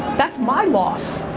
that's my loss.